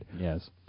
Yes